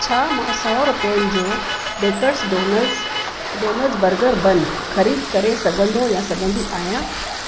छा मां सौ रुपियनि जो bakers donuts donuts burger bun ख़रीद करे सघंदो या सघंदी आहियां